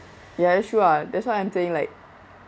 ya sure ah that's why I'm saying like